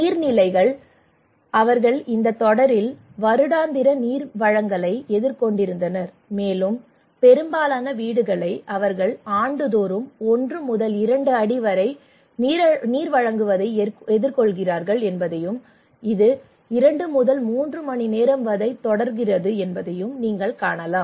நீர்நிலைகளில் அவர்கள் இந்தத் தொடரில் வருடாந்திர நீர்வழங்கலை எதிர்கொண்டிருந்தனர் மேலும் பெரும்பாலான வீடுகளை அவர்கள் ஆண்டுதோறும் ஒன்று முதல் இரண்டு அடி வரை நீர்வழங்குவதை எதிர்கொள்கிறார்கள் என்பதையும் இது இரண்டு முதல் மூன்று மணி நேரம் வரை தொடர்கிறது என்பதையும் நீங்கள் காணலாம்